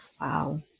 Wow